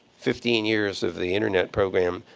fifteen years of the internet program,